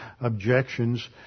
objections